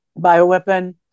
bioweapon